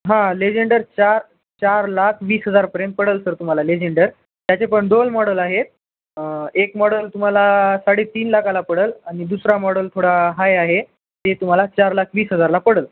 हां लेजेंडर चार चार लाख वीस हजारपर्यंत पडेल सर तुम्हाला लेजेंडर त्याचे पण दोन मॉडल आहेत एक मॉडल तुम्हाला साडे तीन लाखाला पडेल आणि दुसरा मॉडल थोडा आहे आहे ते तुम्हाला चार लाख वीस हजारला पडेल